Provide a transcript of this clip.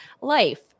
life